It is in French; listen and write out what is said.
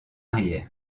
arrière